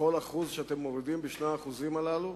בכל 1% שאתם מורידים ב-2% הללו